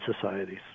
Societies